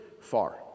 far